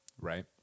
Right